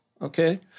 okay